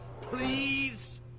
please